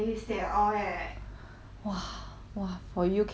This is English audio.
!wah! !wah! for you can ah but 我就一直在想 like oh